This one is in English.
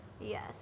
Yes